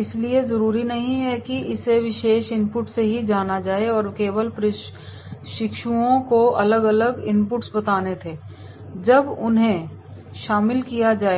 इसलिए जरूरी नहीं कि हमें इस विशेष इनपुट से ही जाना जाए और केवल प्रशिक्षुओं को अलग अलग इनपुट्स बताने थे अब उन्हें शामिल किया जाएगा